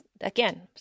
again